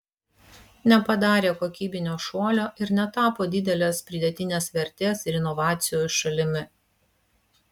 nepadarė kokybinio šuolio ir netapo didelės pridėtinės vertės ir inovacijų šalimi